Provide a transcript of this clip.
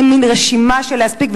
נותנים מין רשימה להספיק,